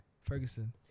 Ferguson